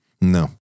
no